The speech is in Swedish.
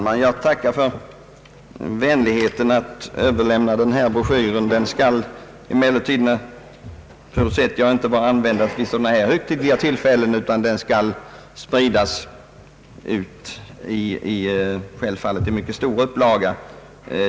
Herr talman! Jag tackar statsrådet för vänligheten att överlämna broschyren. Dock förutsätter jag att den inte bara skall användas vid sådana här högtidliga tillfällen utan självfallet också spridas i mycket stor upplaga.